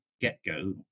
get-go